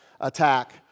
attack